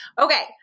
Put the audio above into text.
Okay